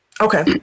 okay